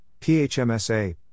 PHMSA